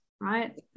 right